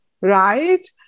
right